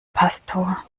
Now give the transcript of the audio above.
pastor